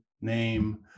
name